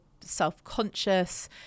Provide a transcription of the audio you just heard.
self-conscious